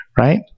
right